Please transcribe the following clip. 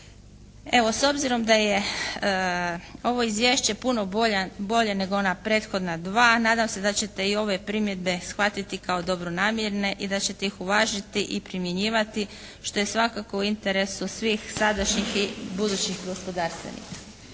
Evo, s obzirom da je ovo Izvješće puno bolje nego ono prethodna dva nadam se da ćete i ove primjedbe shvatiti kao dobronamjerne i da ćete ih uvažiti i primjenjivati, što je svakako u interesu svih sadašnjih i budućih gospodarstvenika.